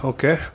Okay